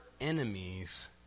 enemies